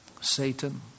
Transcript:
Satan